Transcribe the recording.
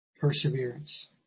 perseverance